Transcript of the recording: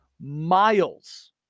miles